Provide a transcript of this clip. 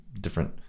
different